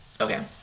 Okay